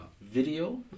video